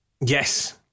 Yes